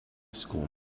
school